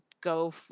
go